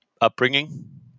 upbringing